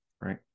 right